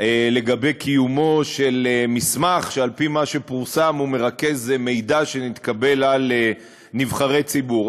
על קיומו של מסמך שעל-פי מה שפורסם מרכז מידע שנתקבל על נבחרי ציבור.